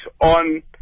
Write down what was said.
on